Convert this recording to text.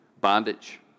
bondage